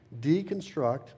Deconstruct